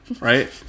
Right